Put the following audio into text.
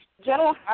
General